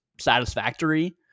satisfactory